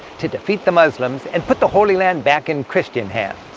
to defeat the muslims and put the holy land back in christian hands.